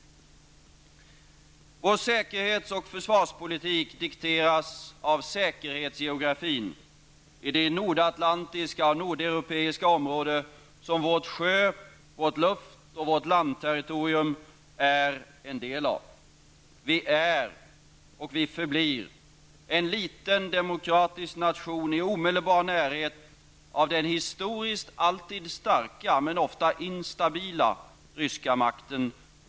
Vår säkerhets och försvarspolitik dikteras av säkerhetsgeografin i det nordatlantiska och nordeuropeiska område som vårt sjö-, luft och landterritorium är en del av. Vi är och förblir en liten demokratisk nation i omedelbar närhet av den historiskt alltid starka men ofta instabila ryska makten.